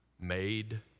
made